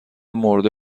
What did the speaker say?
مرده